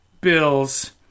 bills